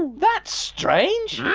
that's strange. yeah